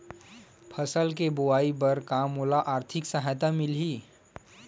फसल के बोआई बर का मोला आर्थिक सहायता मिलही?